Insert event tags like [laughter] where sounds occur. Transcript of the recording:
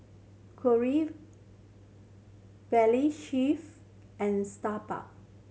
[unintelligible] Valley Chef and [unintelligible]